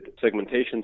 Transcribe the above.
segmentation